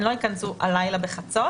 הן לא ייכנסו הלילה בחצות